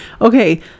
okay